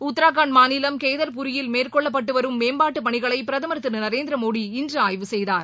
உத்தரகாண்ட் மாநிலம் கேதர்புரியில் மேற்கொள்ளப்பட்டு வரும் மேம்பாட்டு பணிகளை பிரதமர் திரு நரேந்திர மோடி இன்று ஆய்வு செய்தார்